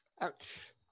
Ouch